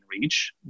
reach